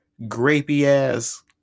grapey-ass